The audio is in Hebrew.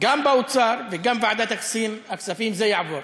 גם באוצר וגם ועדת הכספים, זה יעבור.